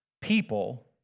people